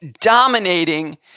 dominating